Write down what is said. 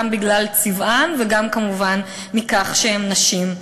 גם בגלל צבען וגם כמובן מכך שהן נשים.